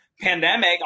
pandemic